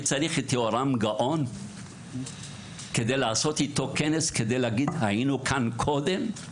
אני צריך את יהורם גאון כדי לעשות איתו כנס ולהגיד: "היינו כאן קודם"?